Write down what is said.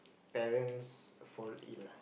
parents fall ill lah